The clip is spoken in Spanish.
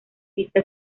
pista